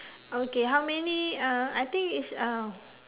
okay how many uh I think is uh